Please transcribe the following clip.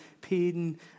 pain